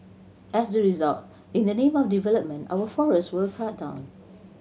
as a result in the name of development our forests were cut down